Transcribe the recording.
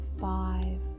Five